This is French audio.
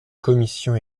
commissions